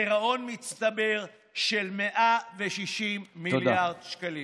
גירעון מצטבר של 160 מיליארד שקלים.